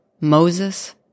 Moses